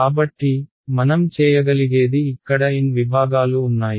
కాబట్టి మనం చేయగలిగేది ఇక్కడ n విభాగాలు ఉన్నాయి